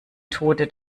tode